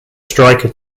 striker